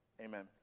Amen